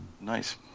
nice